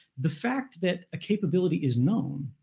the fact that a capability is known,